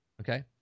okay